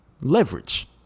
Leverage